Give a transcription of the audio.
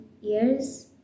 years